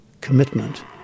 commitment